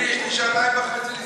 אני, יש לי שעתיים וחצי.